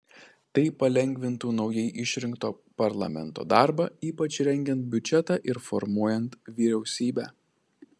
tai palengvintų naujai išrinkto parlamento darbą ypač rengiant biudžetą ir formuojant vyriausybę